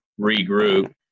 regroup